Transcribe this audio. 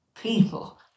people